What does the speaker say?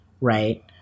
Right